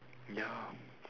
ya